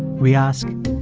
we ask,